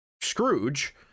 scrooge